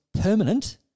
permanent